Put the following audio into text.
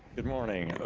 good morning,